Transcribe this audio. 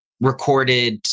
recorded